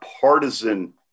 partisan